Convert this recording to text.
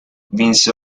vinse